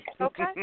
Okay